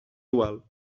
igual